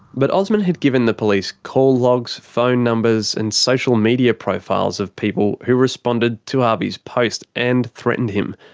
but osman had given the police call logs, phone numbers and social media profiles of people who responded to avi's post, and threatened him.